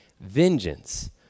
vengeance